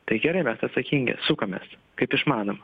tai gerai mes atsakingi sukamės kaip išmanom